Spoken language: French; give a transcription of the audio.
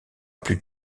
plus